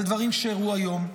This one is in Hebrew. על דברים שאירעו היום.